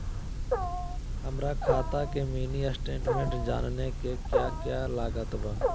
हमरा खाता के मिनी स्टेटमेंट जानने के क्या क्या लागत बा?